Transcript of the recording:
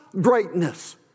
greatness